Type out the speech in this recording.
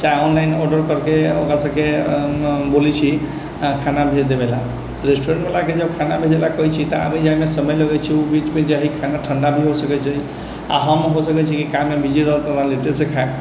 चाहे online order करिके ओकरा सभके बोलै छी खाना भेज देबैले रेस्टोरेन्ट बलाके जब खाना भेजैले कहै छी तऽ आबै जाइमे समय लगै छै ओ बीचमे जे हइ खाना ठण्डा भी भऽ सकै छै आ हम भऽ सकै छै कि काममे बिजी रहि तेहि दुआरे लेटे सँ खाइ